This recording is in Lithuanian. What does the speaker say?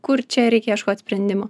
kur čia reikia ieškot sprendimo